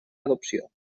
adopció